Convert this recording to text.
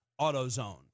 AutoZone